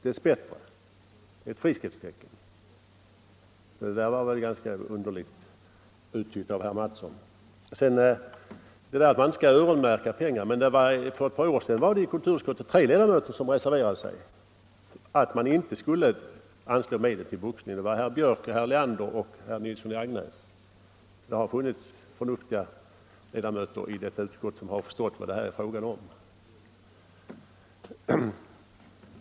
Det är ett friskhetstecken. Därför tycker jag att herr Mattsson har uttytt effekterna av mitt agerande mycket underligt. För ett par år sedan var det tre ledamöter i kulturutskottet som reserverade sig och inte ville att man skulle anslå medel till boxning. Det var herr Björk i Göteborg, herr Leander och herr Nilsson i Agnäs. Det har funnits förnuftiga ledamöter i detta utskott som har förstått vad det här är fråga om.